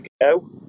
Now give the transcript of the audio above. go